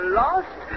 lost